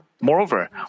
Moreover